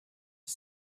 the